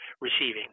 receiving